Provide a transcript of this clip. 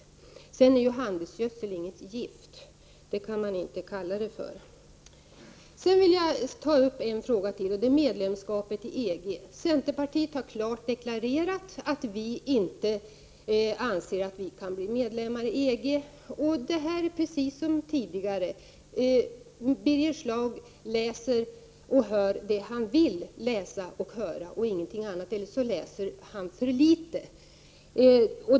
Sedan vill jag säga, att handelsgödsel inte är något gift. Det kan man inte kalla det för! Jag vill ta upp en fråga till, nämligen medlemskap i EG. Centerpartiet har klart deklarerat att vi inte anser att Sverige kan bli medlem i EG. På den här punkten är det precis som tidigare: Birger Schlaug läser och hör det han vill läsa och höra och ingenting annat — eller också läser han för litet.